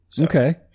Okay